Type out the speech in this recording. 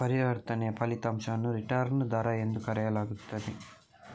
ಪರಿವರ್ತನೆಯ ಫಲಿತಾಂಶವನ್ನು ರಿಟರ್ನ್ ದರ ಎಂದು ಕರೆಯಲಾಗುತ್ತದೆ